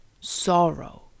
sorrow